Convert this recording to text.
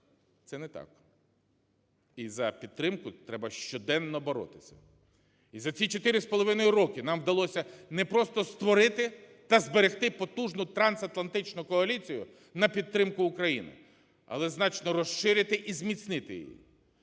Це не так. І за підтримку треба щоденно боротися. І за ці 4,5 роки нам вдалося не просто створити та зберегти потужну трансатлантичну коаліцію на підтримку України, але значно розширити і зміцнити її.